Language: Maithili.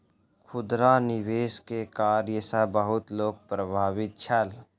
खुदरा निवेश के कार्य सॅ बहुत लोक प्रभावित छल